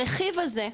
הרכיב הזה,